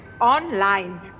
online